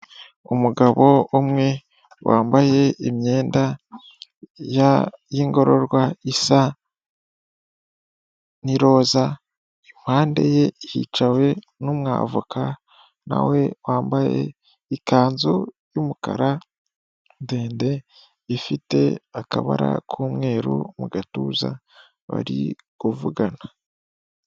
Umugabo umwe wambaye imyenda y'ingororwa isa n'iroza, impande ye hicawe n'umwavoka nawe wambaye ikanzu y'umukara ndende ifite akabara k'umweru mu gatuza, barikuvugana.